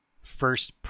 first